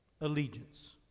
Allegiance